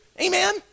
amen